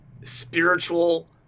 spiritual